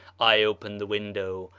i opened the window,